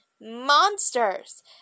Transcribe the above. monsters